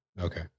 Okay